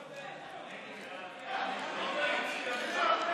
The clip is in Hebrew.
קרן, זה לא עבד.